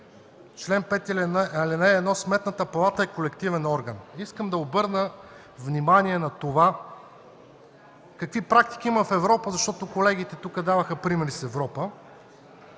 ал. 1: „Сметната палата е колективен орган”. Искам да обърна внимание на това какви практики има в Европа. Колегите тук даваха примери с Европа.